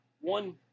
one